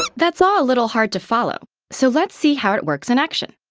but that's all a little hard to follow, so let's see how it works in action.